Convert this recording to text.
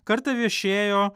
kartą viešėjo